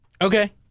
Okay